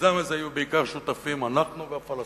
ובמיזם הזה יהיו שותפים בעיקר אנחנו והפלסטינים,